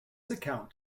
account